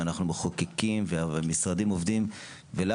גם פה אנחנו מחוקקים והמשרדים עובדים ותפקיד